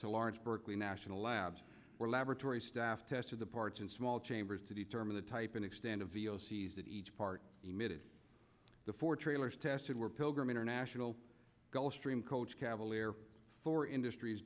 to large berkeley national labs or laboratory staff tested the parts in small chambers to determine the type and extent of the o c s that each part emitted the four trailers tested were pilgrim international gulfstream coach cavalier four industries